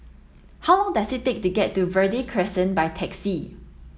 how long does it take to get to Verde Crescent by taxi